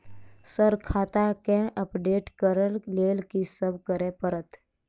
Sir खाता केँ update करऽ लेल की सब करै परतै?